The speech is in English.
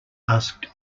asked